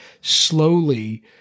slowly